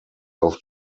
auf